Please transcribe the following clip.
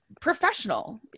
professional